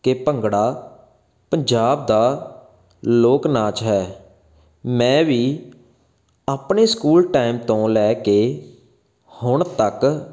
ਕਿ ਭੰਗੜਾ ਪੰਜਾਬ ਦਾ ਲੋਕ ਨਾਚ ਹੈ ਮੈਂ ਵੀ ਆਪਣੇ ਸਕੂਲ ਟਾਈਮ ਤੋਂ ਲੈ ਕੇ ਹੁਣ ਤੱਕ